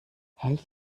hält